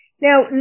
Now